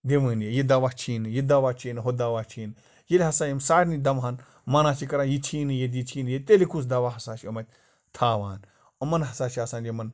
دِوٲنی یہِ دَوا چھی نہٕ یہِ دَوا چھُے نہٕ ہُہ دَوا چھُے نہٕ ییٚلہِ ہسا یِم سارنٕے دَوہَن منع چھِ کَران یہِ چھی نہٕ ییٚتہِ یہِ چھی نہٕ ییٚتہِ تیٚلہِ کُس دَوا ہسا چھِ تھاوان یِمَن ہسا چھِ آسان یِمَن